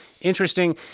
Interesting